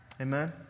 Amen